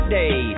day